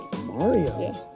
Mario